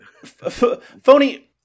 Phony